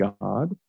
God